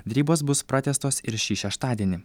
derybos bus pratęstos ir šį šeštadienį